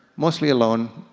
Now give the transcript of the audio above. mostly alone,